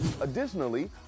Additionally